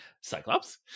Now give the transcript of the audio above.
Cyclops